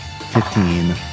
Fifteen